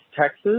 Texas